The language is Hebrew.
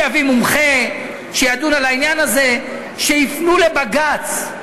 שיביא מומחה לדון על העניין הזה, שיפנו לבג"ץ,